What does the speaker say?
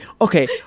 Okay